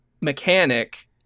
mechanic